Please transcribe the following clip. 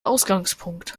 ausgangspunkt